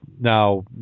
now